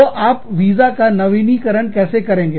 तो आप वीजा का नवीनीकरण कैसे करेंगे